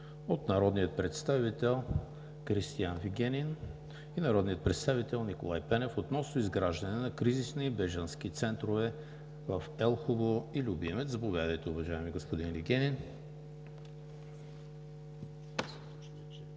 от народните представители Кристиан Вигенин и Николай Пенев относно изграждане на кризисни и бежански центрове в Елхово и Любимец. Заповядайте, уважаеми господин Вигенин.